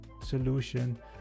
solution